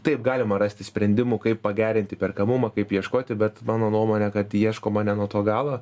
taip galima rasti sprendimų kaip pagerinti perkamumą kaip ieškoti bet mano nuomone kad ieškoma ne nuo to galo